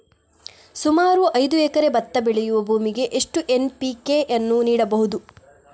ಸುಮಾರು ಐದು ಎಕರೆ ಭತ್ತ ಬೆಳೆಯುವ ಭೂಮಿಗೆ ಎಷ್ಟು ಎನ್.ಪಿ.ಕೆ ಯನ್ನು ನೀಡಬಹುದು?